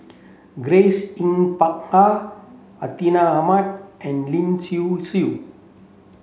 Grace Yin Peck Ha Hartinah Ahmad and Lin Hsin Hsin